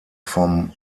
vom